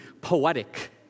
poetic